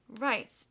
Right